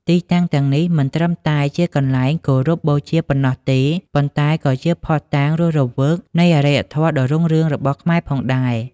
ទីតាំងទាំងនេះមិនត្រឹមតែជាកន្លែងគោរពបូជាប៉ុណ្ណោះទេ ប៉ុន្តែក៏ជាភស្តុតាងរស់រវើកនៃអរិយធម៌ដ៏រុងរឿងរបស់ខ្មែរផងដែរ។